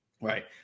Right